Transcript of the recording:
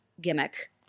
gimmick